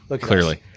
clearly